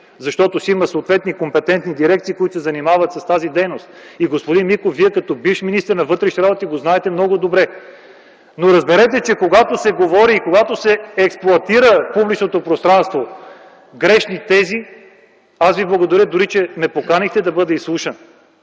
Защото си има съответни компетентни дирекции, които се занимават с тази дейност. И, господин Миков, Вие като бивш министър на вътрешните работи, го знаете много добре. Но разберете, че когато се говори и когато се експлоатират в публичното пространство грешни тези, аз ви благодаря, че ме поканихте да бъда изслушан,